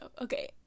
okay